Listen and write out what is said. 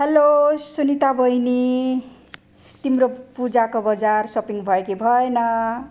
hello Sunita बहिनी तिम्रो पूजाको बजार सपिङ भयो कि भएन